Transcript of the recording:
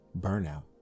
Burnout